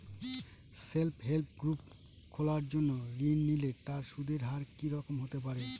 Self help group খোলার জন্য ঋণ নিলে তার সুদের হার কি রকম হতে পারে?